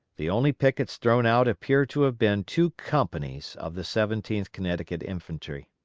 the only pickets thrown out appear to have been two companies of the seventeenth connecticut infantry.